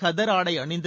கதர் ஆடை அணிந்து